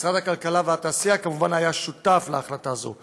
משרד הכלכלה והתעשייה כמובן היה שותף להחלטה זו.